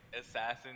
assassin